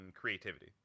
creativity